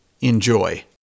Enjoy